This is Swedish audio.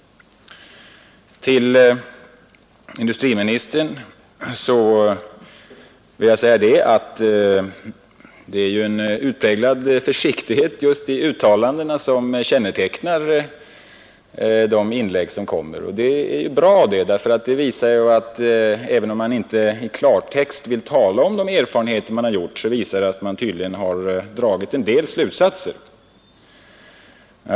Till industriministern vill jag säga, att det är ju en utpräglad försiktighet i uttalandena som kännetecknar inläggen. Det är bra, därför att det visar att även om man inte i klartext vill tala om de erfarenheter man gjort, så har man tydligen dragit en del slutsatser.